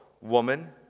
woman